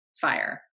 fire